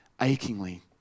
achingly